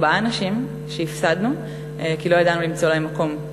ארבעה אנשים שהפסדנו כי לא ידענו למצוא להם מקום,